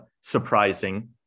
surprising